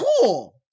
Cool